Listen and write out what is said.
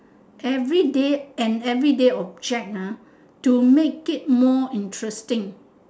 everyday an everyday object ha to make it more interesting